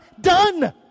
done